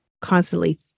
constantly